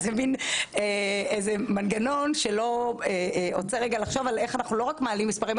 זה מין מנגנון שלא עוצר רגע לחשוב על איך אנחנו לא רק מעלים מספרים,